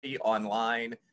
online